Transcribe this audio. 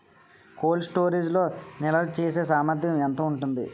Cold storage లో నిల్వచేసేసామర్థ్యం ఎంత ఉంటుంది?